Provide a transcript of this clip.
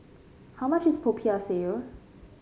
how much is Popiah Sayur